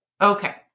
Okay